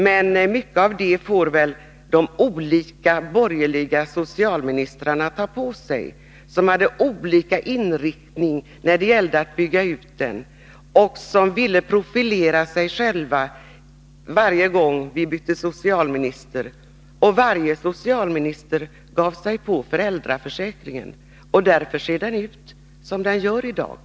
Men mycket av det får väl de olika borgerliga socialministrarna ta på sig som haft olika inriktningar när det gällde att bygga ut den och som ville profilera sig själva varje gång vi bytte socialminister — varje socialminister gav sig på föräldraförsäkringen. Därför ser den ut som den gör i dag.